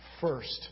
first